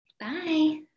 Bye